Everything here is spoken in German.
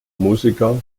musiker